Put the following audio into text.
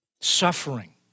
Suffering